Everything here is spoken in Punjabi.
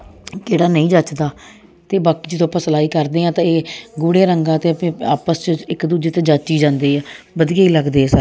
ਕਿਹੜਾ ਨਹੀਂ ਜੱਚਦਾ ਅਤੇ ਬਾਕੀ ਜਦੋਂ ਆਪਾਂ ਸਿਲਾਈ ਕਰਦੇ ਹਾਂ ਤਾਂ ਇਹ ਗੂੜੇ ਰੰਗਾਂ 'ਤੇ ਅਪ ਆਪਸ 'ਚ ਇੱਕ ਦੂਜੇ 'ਤੇ ਜੱਚ ਹੀ ਜਾਂਦੇ ਆ ਵਧੀਆ ਹੀ ਲੱਗਦੇ ਆ ਸਾ